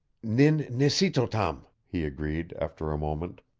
nin nissitotam, he agreed after a moment.